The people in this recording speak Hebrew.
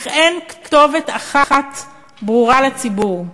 אך אין כתובת אחת ברורה לציבור.